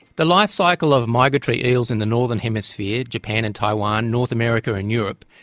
the life cycle of migratory eels in the northern hemisphere, japan and taiwan, north america and europe,